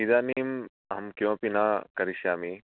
इदानीम् अहं किमपि न करिष्यामि